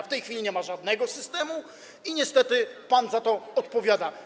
W tej chwili nie ma żadnego systemu i niestety pan za to odpowiada.